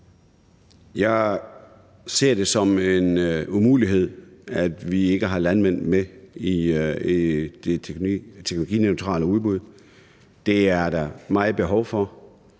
Jeg ser det som en umulighed, at vi ikke har landvind med i det teknologineutrale udbud. Det er der meget behov for.